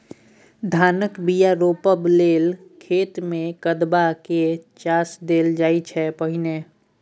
धानक बीया रोपबाक लेल खेत मे कदबा कए चास देल जाइ छै पहिने